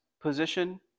position